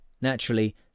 Naturally